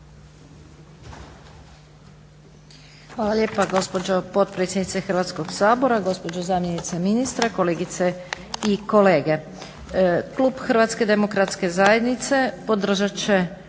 Hvala lijepa gospođo potpredsjednice Hrvatskog sabora, gospođo zamjenice ministra, kolegice i kolege. Klub HDZ-a podržat će